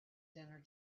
dinner